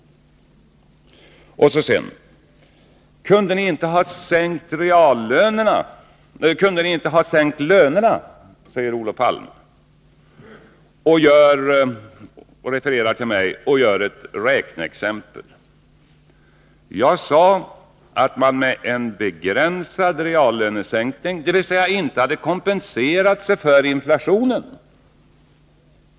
Och sedan: Kunde ni inte ha sänkt lönerna? frågar Olof Palme. Han refererar till vad jag sagt och gör ett räkneexempel. Jag talade om en begränsad reallönesänkning — dvs. att man inte kompenserat sig för inflationen.